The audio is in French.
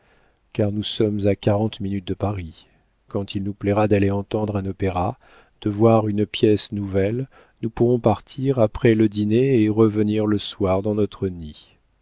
car nous sommes à quarante minutes de paris quand il nous plaira d'aller entendre un opéra de voir une pièce nouvelle nous pourrons partir après le dîner et revenir le soir dans notre nid